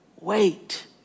Wait